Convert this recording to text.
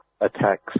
attacks